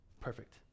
Perfect